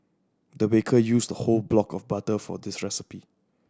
the baker used a whole block of butter for this recipe